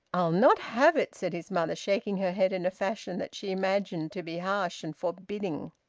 i'll not have it! said his mother, shaking her head in a fashion that she imagined to be harsh and forbidding.